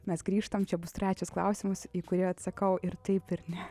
mes grįžtam čia bus trečias klausimas į kurį atsakau ir taip ir ne